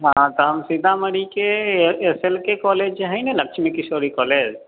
हँ त हम सीतामढ़ी के एस एल के कॉलेज जे है न लक्ष्मी किशोरी कॉलेज